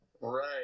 Right